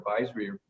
Advisory